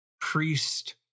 priest